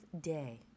day